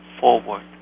forward